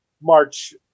March